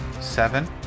seven